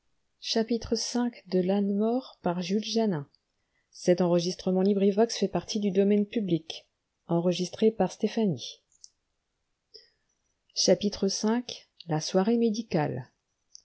v la soirée médicale